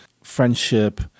friendship